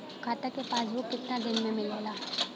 खाता के पासबुक कितना दिन में मिलेला?